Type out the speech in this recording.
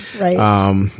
Right